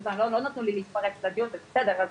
פשוט לא נתנו לי להתפרץ לדיון וזה בסדר.